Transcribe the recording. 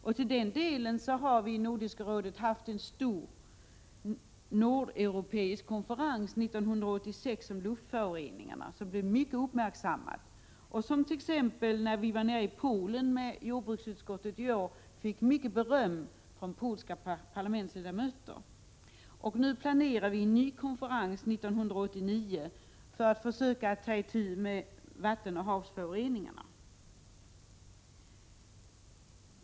Vi hade en stor nordeuropeisk konferens 1986 om luftföroreningarna, som blev mycket uppmärksammad. När jordbruksutskottet var i Polen fick denna konferens mycket beröm från polska parlamentsledamöter. Nu planerar vi en ny konferens 1989 för att försöka ta itu med vattenoch havsföroreningarna.